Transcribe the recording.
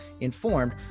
informed